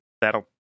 that'll